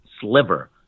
sliver